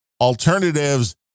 alternatives